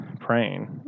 praying